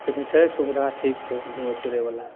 लेकिन छै सुविधा ठीक छै घुमै फिरैवला